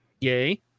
yay